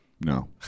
No